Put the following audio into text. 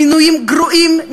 מינויים גרועים,